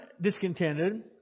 discontented